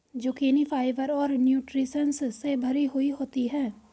zucchini fibre और nutritions से भरी हुई होती है